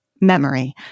memory